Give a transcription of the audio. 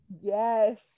Yes